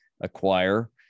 acquire